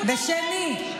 בשם מי?